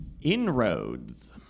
inroads